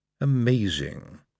Amazing